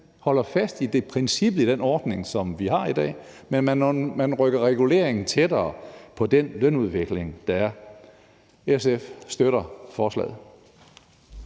holder fast i princippet i den ordning, som vi har i dag, men man rykker reguleringen tættere på den lønudvikling, der er. SF støtter forslaget.